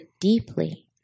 deeply